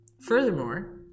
Furthermore